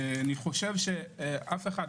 אני חושב שאף אחד,